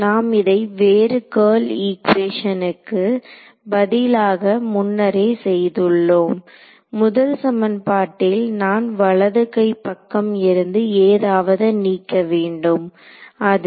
நாம் இதை வேறு கர்ல் ஈக்குவேஷனுக்கு பதிலாக முன்னரே செய்துள்ளோம் முதல் சமன்பாட்டில் நான் வலதுகைப் பக்கம் இருந்து ஏதாவதை நீக்க வேண்டும் அது